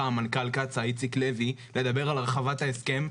מנכ"ל קצא"א איציק לוי לדבר על הרחבת ההסכם,